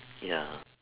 ya